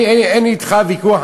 אין לי אתך ויכוח,